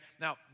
now